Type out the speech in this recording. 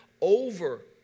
over